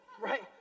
right